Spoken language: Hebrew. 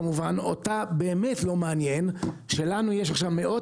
כמובן אותה באמת לא מעניין שיש לנו עכשיו מאות